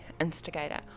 instigator